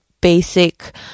basic